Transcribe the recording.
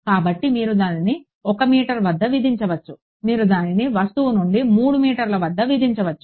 కాబట్టి మీరు దానిని 1 మీటర్ వద్ద విధించవచ్చు మీరు దానిని వస్తువు నుండి 3 మీటర్ల వద్ద విధించవచ్చు